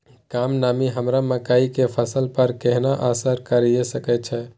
कम नमी हमर मकई के फसल पर केहन असर करिये सकै छै?